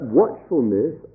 watchfulness